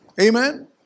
Amen